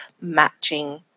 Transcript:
matching